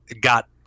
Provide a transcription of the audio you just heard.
got